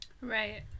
Right